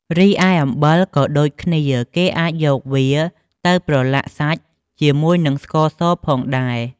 រីឯអំបិលក៏ដូចគ្នាគេអាចយកវាទៅប្រឡាក់សាច់ជាមួយនិងស្ករសផងដែរ។